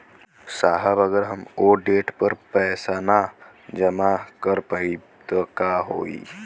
साहब अगर हम ओ देट पर पैसाना जमा कर पाइब त का होइ?